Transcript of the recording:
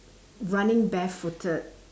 running barefooted